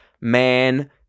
man